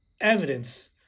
evidence